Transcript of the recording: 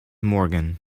morgan